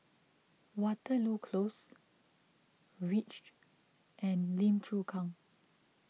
Waterloo Close Reach and Lim Chu Kang